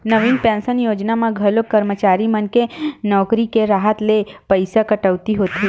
नवीन pension योजना म घलो करमचारी मन के नउकरी के राहत ले पइसा कटउती होथे